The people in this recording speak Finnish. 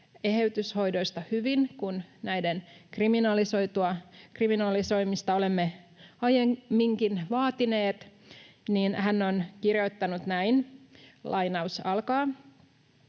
eheytyshoidoista hyvin. Kun näiden kriminalisoimista olemme aiemminkin vaatineet, hän on kirjoittanut näin: ”Eheytyshoidot